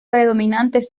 predominantes